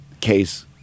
case